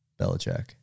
Belichick